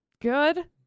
Good